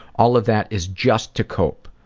all of that is just to cope,